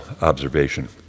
observation